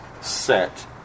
set